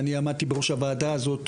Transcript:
אני עמדתי בראש הוועדה הזאת,